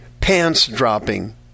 pants-dropping